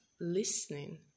listening